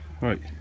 right